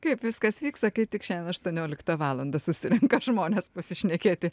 kaip viskas vyks sakei tik šiandien aštuonioliktą valandą susirenka žmonės pasišnekėti